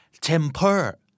Temper